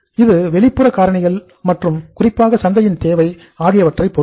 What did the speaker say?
இது வெளிப்புற காரணிகள் மற்றும் குறிப்பாக சந்தையின் தேவை ஆகியவற்றைப் பொருத்தது